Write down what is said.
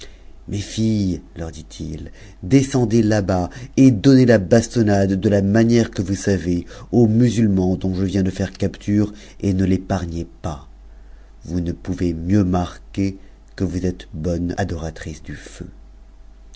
mes filles leur dit-il descendez là-bas et donnez la bastonnade de la manière que vous savez au musulman dont je viens de faire capture et ne l'épargnez pas vous ne pouvez mieux marquer que vous êtes bonnes adoratrices du feu